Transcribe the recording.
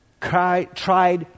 tried